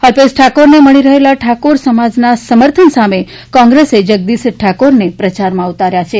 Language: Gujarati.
અલ્પેશ ઠાકોરને મળી રહેલા ઠાકોર સમાજના સમર્થન સામે કોંગ્રેસે જગદીશ ઠાકોરને પ્રચારમાં ઉતાર્યા છે